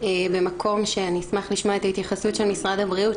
במקום שאני אשמח לשמוע את ההתייחסות של משרד הבריאות